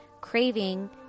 craving